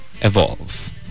evolve